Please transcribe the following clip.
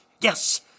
Yes